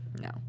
No